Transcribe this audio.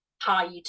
hide